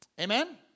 amen